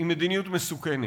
היא מדיניות מסוכנת.